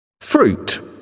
Fruit